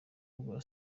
bwa